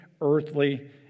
earthly